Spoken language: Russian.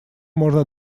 можно